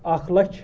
اَکھ لَچھ